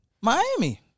Miami